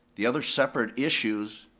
the other separate issues,